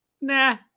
nah